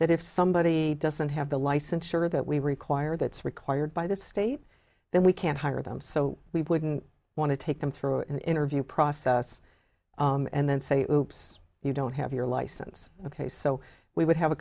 that if somebody doesn't have the license sure that we require that's required by the state then we can't hire them so we wouldn't want to take them through an interview process and then say you don't have your license ok so we would have a